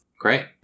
great